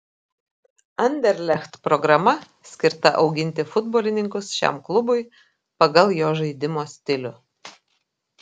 anderlecht programa skirta auginti futbolininkus šiam klubui pagal jo žaidimo stilių